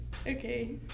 okay